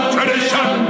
Tradition